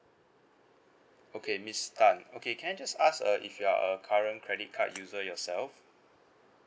okay miss tan okay can I just ask uh if you are a current credit card user yourself